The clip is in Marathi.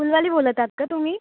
फुलवाली बोलत आहात का तुम्ही